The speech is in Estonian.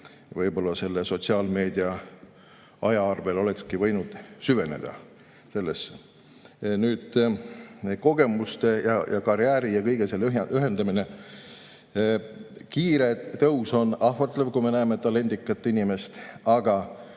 Võib-olla selle sotsiaalmeedias veedetud aja arvel oleks võinud süveneda sellesse [probleemi].Nüüd, kogemuste ja karjääri ja kõige selle ühendamine. Kiire tõus on ahvatlev, kui me näeme talendikat inimest. Aga